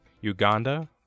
Uganda